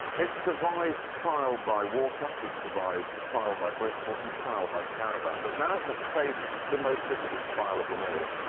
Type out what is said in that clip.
it's survived trial by water, it's survived trial by bristol and trial by caravan. but now it must face the most difficult trial of them all.